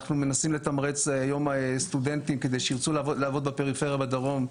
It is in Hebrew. אנחנו מנסים היום לתמרץ סטודנטים כדי שירצו לעבוד בפריפריה בדרום,